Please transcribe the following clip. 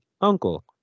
uncle